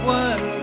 one